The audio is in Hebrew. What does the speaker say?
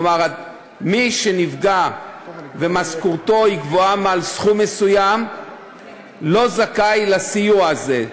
כלומר מי שנפגע ומשכורתו גבוהה מעל סכום מסוים לא זכאי לסיוע הזה,